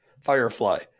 Firefly